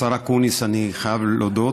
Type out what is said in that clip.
השר אקוניס, אני חייב להודות,